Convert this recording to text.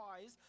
wise